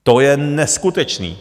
To je neskutečný!